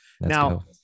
Now